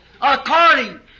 According